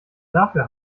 dafür